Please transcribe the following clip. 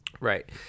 Right